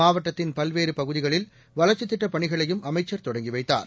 மாவட்டத்தின் பல்வேறு பகுதிகளில் வளர்ச்சித் திட்டப் பணிகளையும் அமைச்சர் தொடங்கி வைத்தார்